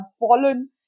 fallen